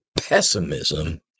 pessimism